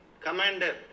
commander